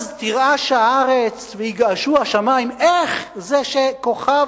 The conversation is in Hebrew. אז תרעש הארץ ויגעשו השמים: איך זה שכוכב